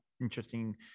interesting